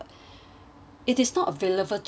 it is not available today